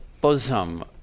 bosom